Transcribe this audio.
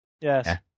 Yes